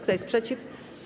Kto jest przeciw?